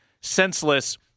senseless